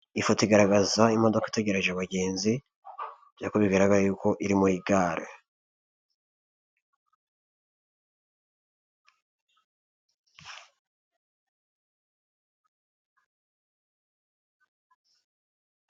Iyifoto igaragaza imodoka itegereje abagenzi, bigaragara y'uko iri muri gare.